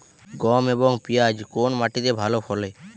গম এবং পিয়াজ কোন মাটি তে ভালো ফলে?